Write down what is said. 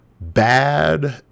bad